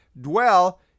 dwell